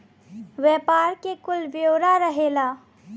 व्यापार के कुल ब्योरा रहेला